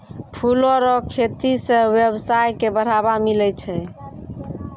फूलो रो खेती से वेवसाय के बढ़ाबा मिलै छै